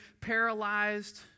paralyzed